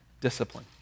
discipline